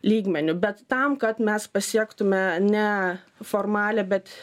lygmeniu bet tam kad mes pasiektume ne formalią bet